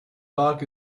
dog